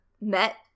met